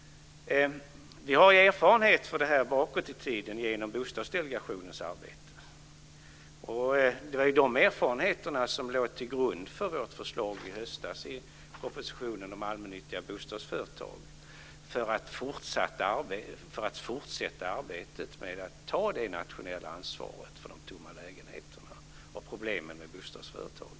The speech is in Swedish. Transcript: Vi har erfarenhet av detta bakåt i tiden genom Bostadsdelegationens arbete. Det var de erfarenheterna som låg till grund för vårt förslag i höstas i propositionen om allmännyttiga bostadsföretag för att fortsätta arbetet med att ta det nationella ansvaret för de tomma lägenheterna och problemen med bostadsföretagen.